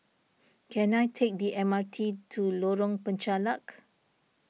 can I take the M R T to Lorong Penchalak